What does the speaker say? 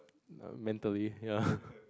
err mentally ya